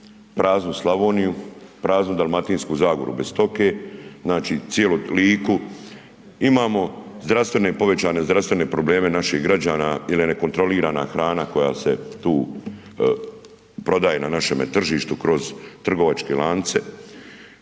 praznu Slavoniju, praznu Dalmatinsku zagoru, bez stoke, znači cijelu Liku. Imamo zdravstvene, povećane zdravstvene probleme naših građana jer je nekontrolirana hrana koja se tu prodaje na našemu tržištu kroz trgovačke lance